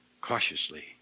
Cautiously